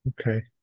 Okay